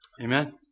Amen